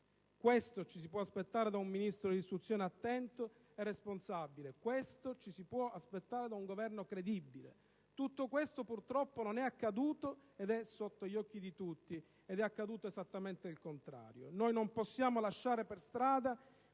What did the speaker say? Questo ci si può aspettare da un Ministro dell'istruzione attento e responsabile; questo ci si può aspettare da un Governo credibile. Tutto questo purtroppo non è accaduto ed è sotto gli occhi di tutti, mentre è accaduto esattamente il contrario.